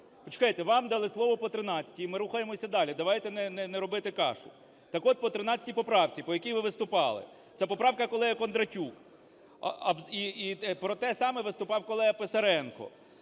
Почекайте, вам дали слово по 13-й. Ми рахуємося далі. Давайте не робити кашу. Так от по 13-й поправці, по якій ви виступали. Ця поправка колеги Кондратюк. І про те саме виступав колега Писаренко.